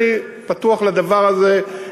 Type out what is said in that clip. אני פתוח לדבר הזה,